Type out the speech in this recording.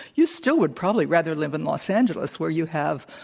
you still would probably rather live in los angeles, where you have?